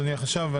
אדוני החשב.